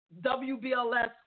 WBLS